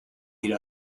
lead